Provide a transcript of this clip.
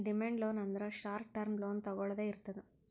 demand loan ಅಂದ್ರ short term loan ತೊಗೊಳ್ದೆ ಇರ್ತದ್